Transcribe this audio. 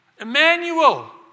Emmanuel